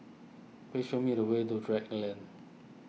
please show me the way to Drake Lane